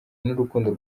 n’urukundo